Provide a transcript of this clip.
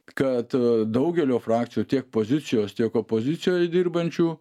kad daugelio frakcijų tiek pozicijos tiek opozicijoj dirbančių